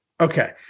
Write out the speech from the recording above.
Okay